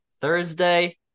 Thursday